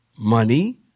money